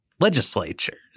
legislatures